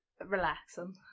Relaxing